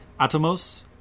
atomos